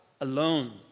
alone